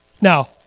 Now